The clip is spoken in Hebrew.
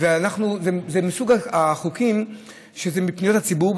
זה מסוג החוקים שזה מפניות הציבור,